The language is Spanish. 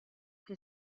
que